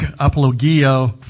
apologia